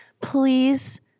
please